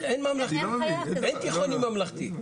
אין תיכוני ממלכתי.